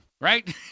Right